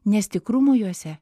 nes tikrumo juose